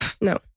no